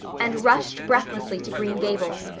and rushed breathlessly to green gables,